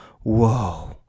whoa